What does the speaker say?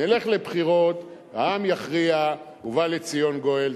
נלך לבחירות, העם יכריע, ובא לציון גואל.